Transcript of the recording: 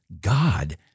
God